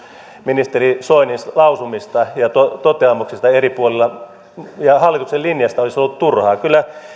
ministeri soinin lausumista ja toteamuksista eri puolilla ja hallituksen linjasta olisi ollut turhaa kyllä